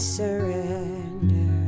surrender